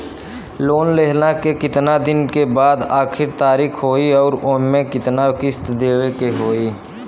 Loan लेहला के कितना दिन के बाद आखिर तारीख होई अउर एमे कितना किस्त देवे के होई?